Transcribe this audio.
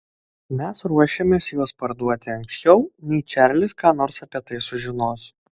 mes ruošiamės juos parduoti anksčiau nei čarlis ką nors apie tai sužinos